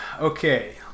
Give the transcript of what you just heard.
Okay